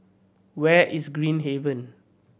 where is Green Haven